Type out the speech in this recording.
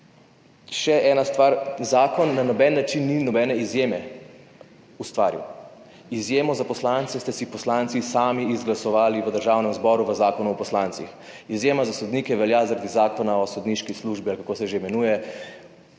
Še ena stvar, zakon na noben način ni nobene izjeme ustvaril. Izjemo za poslance ste si poslanci sami izglasovali v Državnem zboru v Zakonu o poslancih. Izjema za sodnike velja zaradi zakona o sodniški službi ali kako se že imenuje.